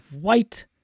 white